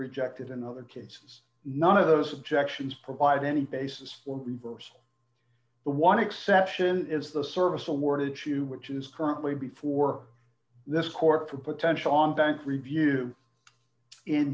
rejected in other cases none of those objections provide any basis for reverse the one exception is the service awarded to which is currently before this court for potential on bank review in